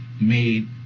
made